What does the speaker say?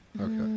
Okay